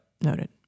Noted